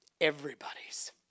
Everybody's